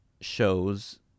shows